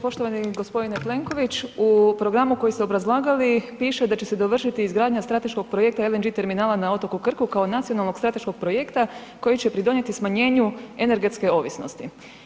Poštovani g. Plenković, u programu koji ste obrazlagali piše da će se dovršiti izgradnja strateškog projekta LNG terminala na otoku Krku kao nacionalnog strateškog projekta koji će pridonijeti smanjenju energetske ovisnosti.